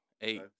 eight